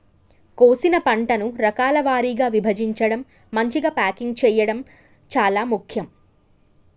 కోసిన పంటను రకాల వారీగా విభజించడం, మంచిగ ప్యాకింగ్ చేయడం చాలా ముఖ్యం